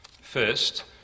First